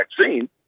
vaccine